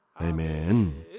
Amen